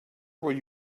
will